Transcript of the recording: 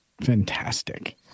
Fantastic